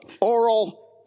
oral